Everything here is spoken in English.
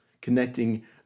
connecting